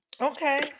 okay